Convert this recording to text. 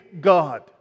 God